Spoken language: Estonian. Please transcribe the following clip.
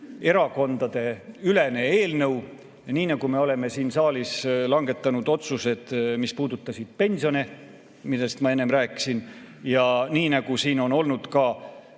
erakondadeülene eelnõu – nii nagu me oleme siin saalis langetanud otsuseid, mis puudutasid pensione, millest ma enne rääkisin, ja nii nagu siin on olnud ka